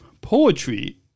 poetry